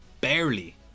Barely